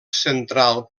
central